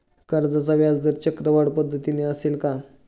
कर्जाचा व्याजदर चक्रवाढ पद्धतीने असेल का?